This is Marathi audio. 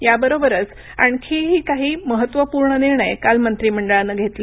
याबरोबरच आणखीही काही महत्त्वपूर्ण निर्णय काल मंत्रिमंडळानं घेतले